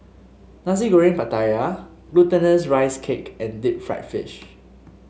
Nasi Goreng Pattaya Glutinous Rice Cake and Deep Fried Fish